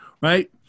right